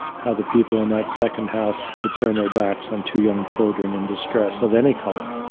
how the people in that second house could turn their backs on two young children in distress of any color.